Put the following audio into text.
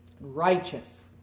righteous